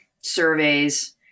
surveys